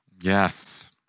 yes